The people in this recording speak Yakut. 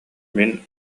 мин